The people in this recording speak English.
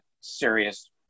serious